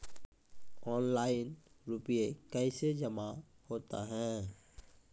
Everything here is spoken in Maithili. ऑनलाइन रुपये कैसे जमा होता हैं?